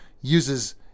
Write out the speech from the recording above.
uses